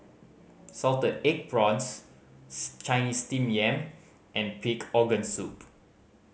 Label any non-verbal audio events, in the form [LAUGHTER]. salted egg prawns [UNINTELLIGIBLE] Chinese Steamed Yam and pig organ soup